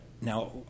now